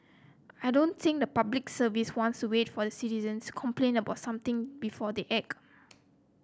I don't think the Public Service wants to wait for the citizens complain about something before they act